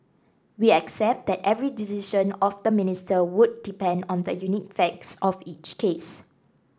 we accept that every decision of the Minister would depend on the unique facts of each case